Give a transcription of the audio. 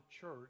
church